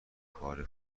کار